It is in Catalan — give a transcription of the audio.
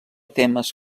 temes